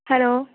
hello